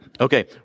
Okay